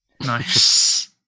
nice